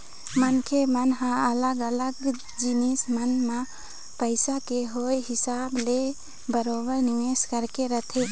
मनखे मन ह अलग अलग जिनिस मन म पइसा के होय हिसाब ले बरोबर निवेश करके रखथे